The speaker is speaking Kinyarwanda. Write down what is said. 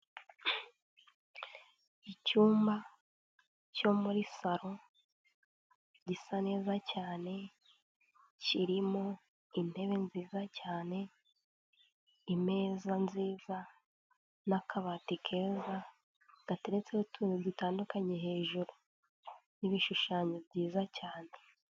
Icyumba cyo muri saro gisa neza cyane, kirimo intebe nziza cyane, imeza nziza n'akabati keza, gateretseho utuntu dutandukanye hejuru n'ibishushanyo byiza cyane.